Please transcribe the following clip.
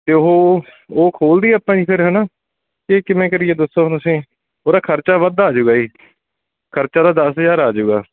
ਅਤੇ ਉਹ ਉਹ ਖੋਲ ਦੇਦੀਏ ਆਪਾਂ ਜੀ ਫਿਰ ਹੈ ਨਾ ਇਹ ਕਿਵੇਂ ਕਰੀਏ ਦੱਸੋ ਤੁਸੀਂ ਉਹਦਾ ਖਰਚਾ ਵੱਧ ਆ ਜਾਊਗਾ ਜੀ ਖਰਚਾ ਤਾਂ ਦਸ ਹਜ਼ਾਰ ਆ ਜੂਗਾ